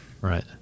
Right